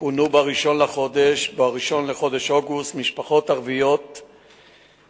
פונו ב-1 בחודש אוגוסט משפחות ערביות משכונת